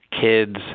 kids